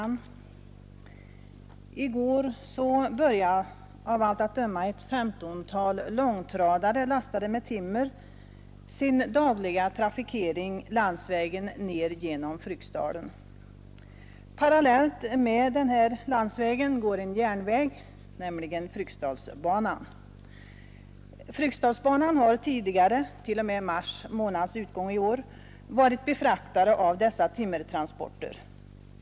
Herr talman! I går började av allt att döma ett femtontal långtradare, lastade med timmer, sin dagliga trafikering av landsvägen ner genom Fryksdalen. Parallellt med denna landsväg går en järnväg, Fryksdalsbanan. Fryksdalsbanan har tidigare — t.o.m. mars månads utgång i år — varit befraktare av dessa timmertransporter.